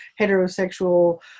heterosexual